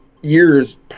years